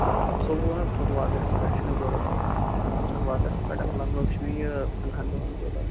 آ ژووُہ حظ ژووُہ اَگَست پیٚٹھٕ چھُ مےٚ ضروٗرت ژووُہ اَگَست پیٚٹھ لَگ بَگ چھُ یہِ پَنٛداہَن دۄہَن ضرَوٗرت